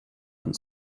and